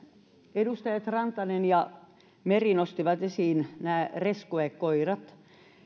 edustajat rantanen ja meri nostivat esiin nämä rescuekoirat